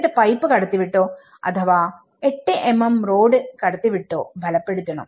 എന്നിട്ട് പൈപ്പ് കടത്തിവിട്ടോ അഥവാ 8mm റോഡ് കടത്തി വിട്ടോ ബലപ്പെടുത്തണം